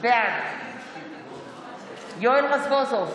בעד יואל רזבוזוב,